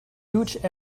huge